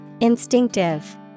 Instinctive